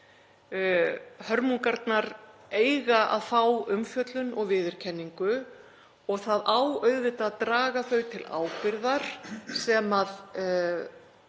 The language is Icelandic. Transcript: Hörmungarnar eiga að fá umfjöllun og viðurkenningu og það á auðvitað að draga þau til ábyrgðar sem